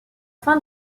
fin